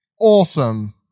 awesome